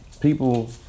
people